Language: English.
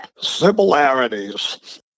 similarities